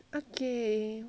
ya okay